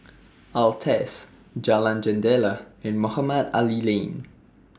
Altez Jalan Jendela and Mohamed Ali Lane